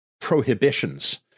prohibitions